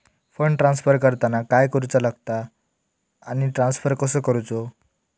Fund transfer करताना काय करुचा लगता आनी ट्रान्स्फर कसो करूचो?